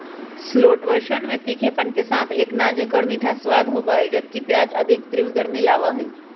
शैलोट्सवन में तीखेपन के साथ एक नाजुक और मीठा स्वाद होबा हई, जबकि प्याज अधिक तीव्र गर्मी लाबा हई